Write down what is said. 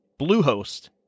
bluehost